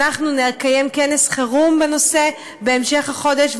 נכנס כנס חירום בנושא בהמשך החודש,